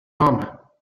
armor